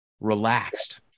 relaxed